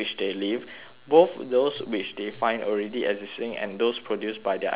both those which they find already existing and those produced by their activity